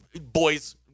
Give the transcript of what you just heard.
boys